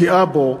לפגיעה בו,